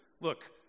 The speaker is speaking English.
Look